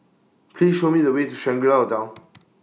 Please Show Me The Way to Shangri La Hotel